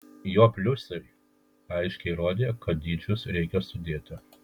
jo pliusai aiškiai rodė kad dydžius reikia sudėti